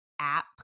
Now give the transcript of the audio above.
app